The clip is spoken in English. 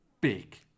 big